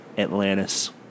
Atlantis